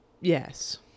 yes